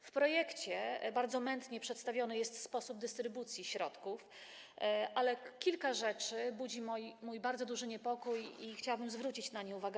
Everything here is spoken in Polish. W projekcie bardzo mętnie przedstawiony jest sposób dystrybucji środków, ale kilka rzeczy budzi mój bardzo duży niepokój i chciałabym teraz zwrócić na nie uwagę.